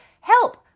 Help